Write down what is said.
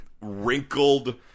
wrinkled